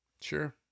Sure